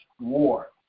war